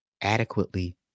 adequately